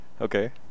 okay